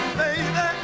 baby